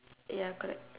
ya correct